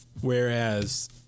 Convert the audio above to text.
Whereas